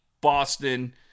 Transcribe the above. Boston